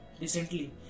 recently